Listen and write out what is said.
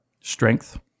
Strength